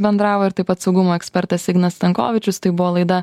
bendravo ir taip pat saugumo ekspertas ignas stankovičius tai buvo laida